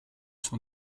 cent